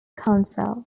council